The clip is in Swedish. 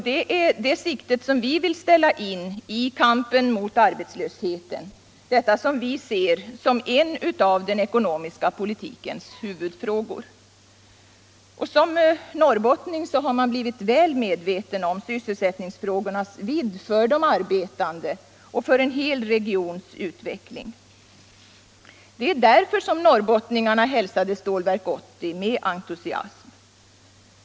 Det är det siktet som vi vill ställa in i kampen mot arbetslösheten. Det är detta som vi ser som en av den ekonomiska politikens huvudfrågor. Som norrbottning har man blivit väl medveten om sysselsättningsfrågornas vidd för de arbetande och för en hel regions utveckling. Det är därför som norrbottningarna hälsade Stålverk 80 med entusiasm.